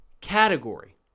category